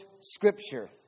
scripture